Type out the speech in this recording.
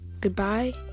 Goodbye